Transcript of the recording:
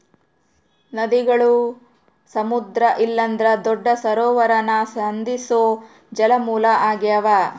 ನದಿಗುಳು ಸಮುದ್ರ ಇಲ್ಲಂದ್ರ ದೊಡ್ಡ ಸರೋವರಾನ ಸಂಧಿಸೋ ಜಲಮೂಲ ಆಗ್ಯಾವ